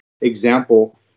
example